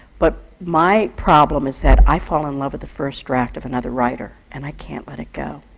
but my problem is that i fall in love with the first draft of another writer, and i can't let it go!